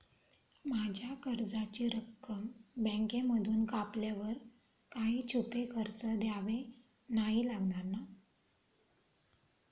माझ्या कर्जाची रक्कम बँकेमधून कापल्यावर काही छुपे खर्च द्यावे नाही लागणार ना?